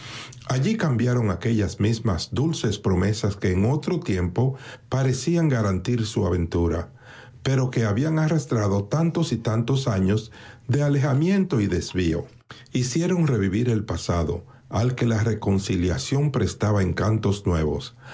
allí cambiaron aquellas mismas dulces promesas que en otro tiempo parecieran garantir su ventura pero que habían arrastrado tantos y tantos años de alejamiento y desvío hicieron revivir el pasado al que la reconciliación prestaba encantos nuevos